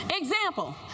Example